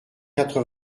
quatre